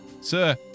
Sir